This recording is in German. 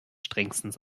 strengstens